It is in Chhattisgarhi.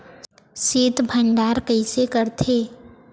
शीत भंडारण कइसे करथे?